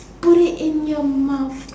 put it in your mouth